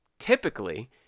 typically